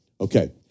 Okay